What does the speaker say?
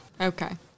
okay